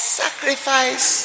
sacrifice